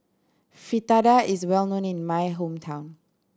fritada is well known in my hometown